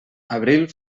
abril